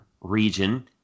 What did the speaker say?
region